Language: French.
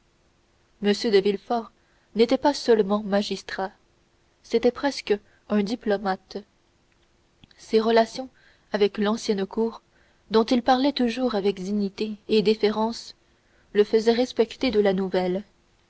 m de villefort n'était pas seulement magistrat c'était presque un diplomate ses relations avec l'ancienne cour dont il parlait toujours avec dignité et déférence le faisaient respecter de la nouvelle